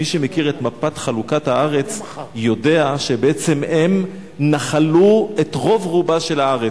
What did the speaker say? מי שמכיר את מפת חלוקת הארץ יודע שבעצם הם נחלו את רוב רובה של הארץ.